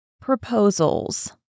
Proposals